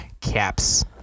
caps